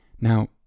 Now